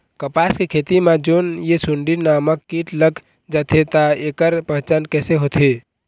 कपास के खेती मा जोन ये सुंडी नामक कीट लग जाथे ता ऐकर पहचान कैसे होथे?